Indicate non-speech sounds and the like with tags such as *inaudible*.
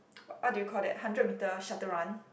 *noise* what do you call that hundred meter shutter run